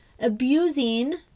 abusing